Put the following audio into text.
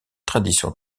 tradition